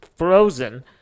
Frozen